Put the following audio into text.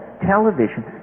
television